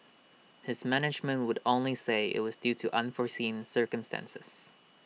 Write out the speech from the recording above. his management would only say IT was due to unforeseen circumstances